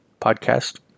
podcast